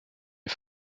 est